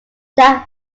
that